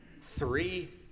Three